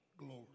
glory